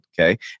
Okay